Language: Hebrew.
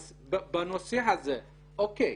אז בנושא הזה אין